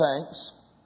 thanks